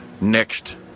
next